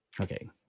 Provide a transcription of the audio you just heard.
Okay